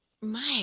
Mike